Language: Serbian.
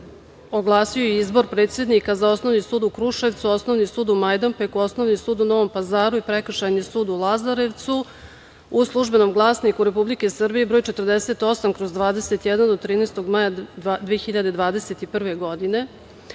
oglasio izbor predsednika za Osnovni sud u Kruševcu, Osnovi sud u Majdanpeku, Osnovni sud u Novom Pazaru i Prekršajni sud u Lazarevcu u „Službenom glasniku Republike Srbije“ broj 48/21 od 13. maja 2021. godine. Na